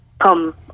come